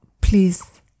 please